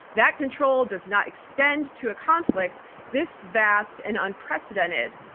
that control does not extend to a conflict this vast and unprecedented.